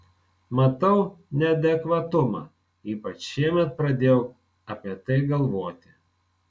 matau neadekvatumą ypač šiemet pradėjau apie tai galvoti